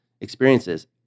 experiences